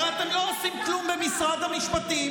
הרי אתם לא עושים כלום במשרד המשפטים,